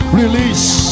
release